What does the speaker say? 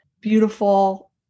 beautiful